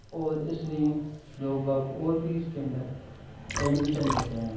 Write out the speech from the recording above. और इसलिए लोग बाग और भी इसके अंदर एडमिशन लेते हैं